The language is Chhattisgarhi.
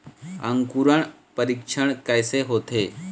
अंकुरण परीक्षण कैसे होथे?